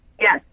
Yes